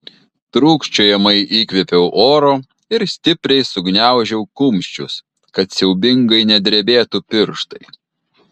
trūkčiojamai įkvėpiau oro ir stipriai sugniaužiau kumščius kad siaubingai nedrebėtų pirštai